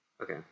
Okay